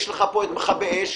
יש לך פה את מכבי אש,